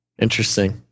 Interesting